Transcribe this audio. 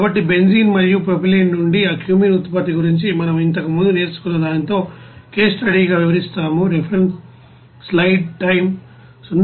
కాబట్టి బెంజీన్ మరియు ప్రొపైలిన్ నుండి ఆ క్యూమీన్ ఉత్పత్తి గురించి మనం ఇంతకుముందు నేర్చుకున్నదానితో కేస్ స్టడీగా వివరిస్తాము